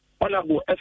honorable